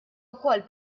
wkoll